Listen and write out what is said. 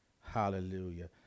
Hallelujah